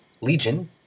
Legion